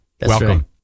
Welcome